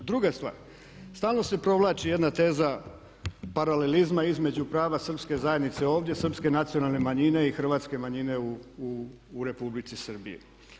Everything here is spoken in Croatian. Druga stvar, stalno se provlači jedna teza paralelizma između prava Srpske zajednice ovdje, Srpske nacionalne manjine i Hrvatske manjina u Republici Srbiji.